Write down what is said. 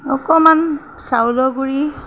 অকণমান চাউলৰ গুৰি